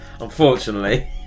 Unfortunately